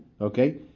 okay